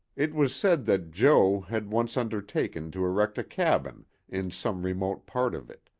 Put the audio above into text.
it was said that jo. had once undertaken to erect a cabin in some remote part of it,